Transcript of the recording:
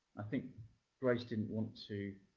i think grace didn't want to